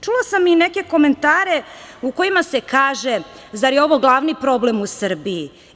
Čula sam i neke komentare u kojima se kaže – zar je ovo glavni problem u Srbiji?